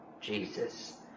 Jesus